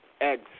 eggs